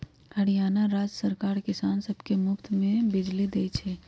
हरियाणा राज्य सरकार किसान सब के मुफ्त में बिजली देई छई